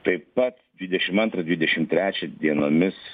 taip pat dvidešimt antrą dvidešimt trečią dienomis